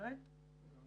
שלום